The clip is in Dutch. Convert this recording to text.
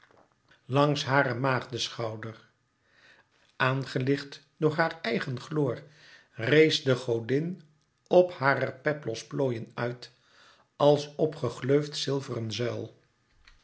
langs haren maagdeschouder aan gelicht door haar eigen gloor rees de godin op harer peplos plooien uit als op gegleufd zilveren zuil